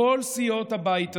מכל סיעות הבית הזה,